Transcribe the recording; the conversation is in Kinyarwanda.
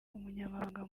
umunyamabanga